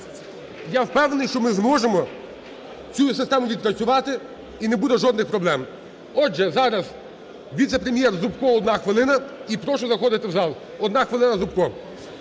А впевнений, що ми зможемо цю систему відпрацювати і не буде жодних проблем. Отже, зараз віце-прем’єр Зубко, одна хвилина. І прошу заходити в зал. Одна хвилина, Зубко.